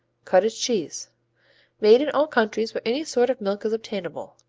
cottage cheese made in all countries where any sort of milk is obtainable.